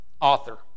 Author